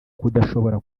kudashobora